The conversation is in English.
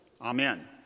Amen